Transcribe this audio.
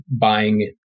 buying